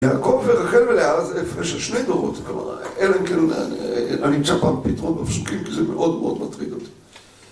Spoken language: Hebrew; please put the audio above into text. יעקב ורחל ולאה זה הפרש של שני דורות, כלומר, אלא אם כן אני אמצא פעם פתרון בפסוקים, כי זה מאוד מאוד מטריד אותי.